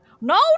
No